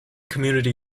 community